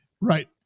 right